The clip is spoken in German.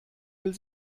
will